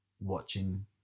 watching